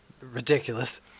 Ridiculous